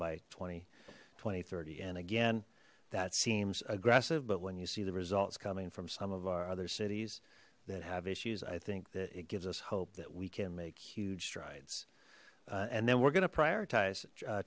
and twenty thirty and again that seems aggressive but when you see the results coming from some of our other cities that have issues i think that it gives us hope that we can make huge strides and then we're going to prioritize